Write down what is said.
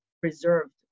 preserved